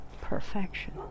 perfection